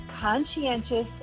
conscientious